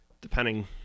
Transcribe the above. depending